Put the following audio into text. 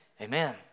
Amen